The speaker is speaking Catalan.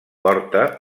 porta